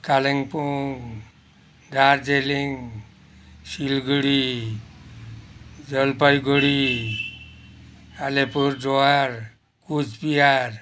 Kalimpong Darjeeling Siliguri Jalpaiguri Alipurduar Cooch Behar